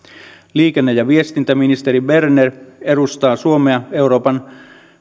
liikenne ja viestintäministeri berner edustaa suomea euroopan